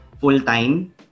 full-time